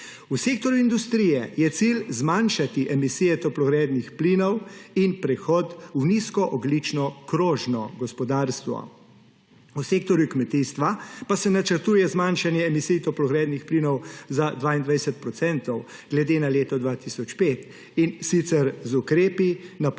V sektorju industrije je cilj zmanjšati emisije toplogrednih plinov in prehod v nizkoogljično krožno gospodarstvo. V sektorju kmetijstva pa se načrtuje zmanjšanje emisij toplogrednih plinov za 22 procentov glede na leto 2005, in sicer z ukrepi na področju